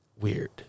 weird